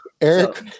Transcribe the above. Eric